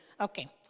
Okay